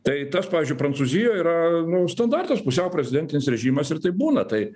tai tas pavyzdžiui prancūzijoj yra nu standartas pusiau prezidentinis režimas ir taip būna tai